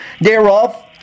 thereof